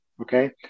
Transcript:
okay